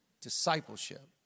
Discipleship